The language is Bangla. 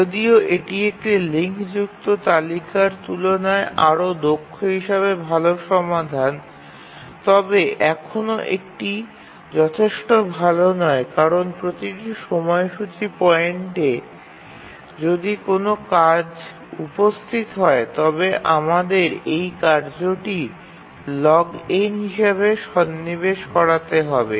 যদিও এটি একটি লিংকযুক্ত তালিকার তুলনায় আরও দক্ষ হিসাবে ভাল সমাধান তবে এখনও এটি যথেষ্ট ভাল নয় কারণ প্রতিটি সময়সূচী পয়েন্টে যদি কোনও কাজ উপস্থিত হয় তবে আমাদের সেই কার্যটি log n হিসাবে সন্নিবেশ করাতে হবে